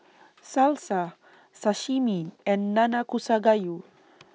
Salsa Sashimi and Nanakusa Gayu